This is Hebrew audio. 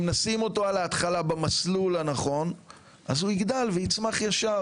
אם נשים אותו על ההתחלה במסלול הנכון אז הוא יגדל ויצמח ישר.